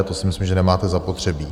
To si myslím, že nemáte zapotřebí.